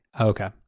okay